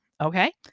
Okay